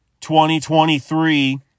2023